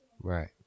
right